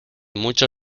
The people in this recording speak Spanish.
mucho